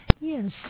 Yes